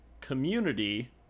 community